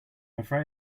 afraid